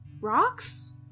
Rocks